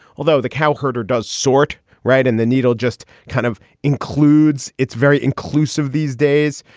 although the cow herder does sort right. and the needle just kind of includes it's very inclusive these days.